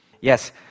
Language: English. Yes